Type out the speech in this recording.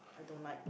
I don't like